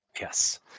Yes